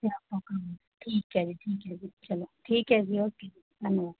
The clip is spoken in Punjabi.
ਫੇਰ ਆਪਾਂ ਕੰਮ ਠੀਕ ਹੈ ਜੀ ਠੀਕ ਹੈ ਜੀ ਚਲੋ ਠੀਕ ਹੈ ਜੀ ਓਕੇ ਧੰਨਵਾਦ